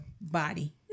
body